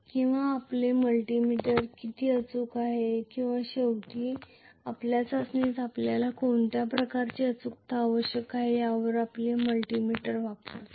किंवा आपले मल्टीमीटर किती अचूक आहे किंवा शेवटी आपल्या चाचणीत आपल्याला कोणत्या प्रकारचे अचूकता आवश्यक आहे यावर अवलंबून आपण मल्टीमीटर वापरतो